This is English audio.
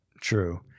True